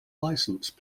license